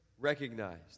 recognized